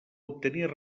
obtenir